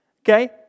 Okay